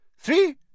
Three